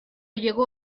llegó